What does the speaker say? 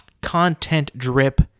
content-drip